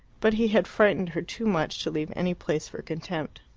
but he had frightened her too much to leave any place for contempt.